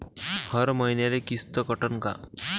हर मईन्याले किस्त कटन का?